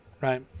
right